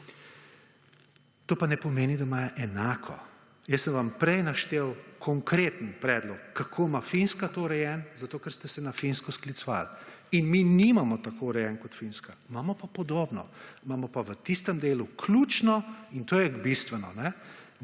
To pa ne pomeni, da imajo enako. Jaz sem vam prej naštel konkreten predlog, kako ima to Finska to urejeno, zato, ker ste na Finsko sklicevali. In mi nimamo tako urejeno kot Finska. Imamo pa podobno. Imamo pa v tistem delu ključno, in to je bistveno.